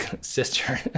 sister